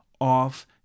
off